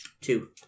Two